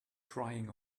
crying